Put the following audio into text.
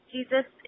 Jesus